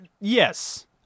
yes